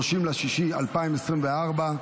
30 ביוני 2024,